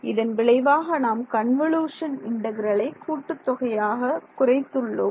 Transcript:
இதன் விளைவாக நாம் கன்வொலுஷன் இன்டெக்ரலை கூட்டுத் தொகையாக குறைத்து உள்ளோம்